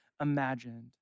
imagined